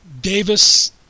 Davis